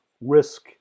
risk